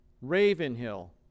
Ravenhill